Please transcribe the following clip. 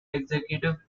executive